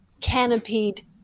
canopied